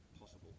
possible